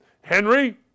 Henry